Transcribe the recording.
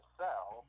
sell